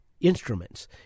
instruments